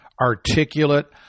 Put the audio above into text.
articulate